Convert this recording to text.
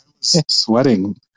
Sweating